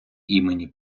імені